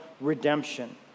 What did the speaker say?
redemption